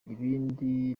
ibindi